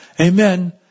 Amen